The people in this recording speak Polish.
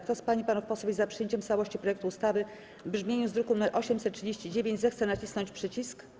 Kto z pań i panów posłów jest za przyjęciem w całości projektu ustawy w brzmieniu z druku nr 839, zechce nacisnąć przycisk.